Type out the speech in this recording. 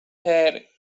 här